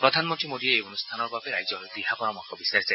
প্ৰধানমন্ত্ৰী মৌদীয়ে এই অনুষ্ঠানৰ বাবে ৰাইজৰ দিহা পৰামৰ্শ বিচাৰিছে